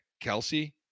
Kelsey